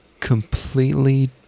completely